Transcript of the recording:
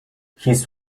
his